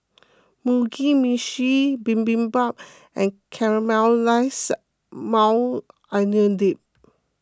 Mugi Meshi Bibimbap and Caramelized Maui Onion Dip